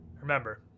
Remember